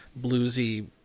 bluesy